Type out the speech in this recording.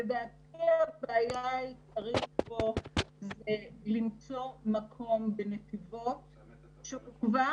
לדעתי הבעיה העיקרית פה זה למצוא מקום בנתיבות שהוא כבר,